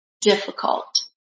difficult